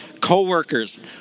co-workers